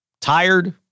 tired